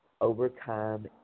overcome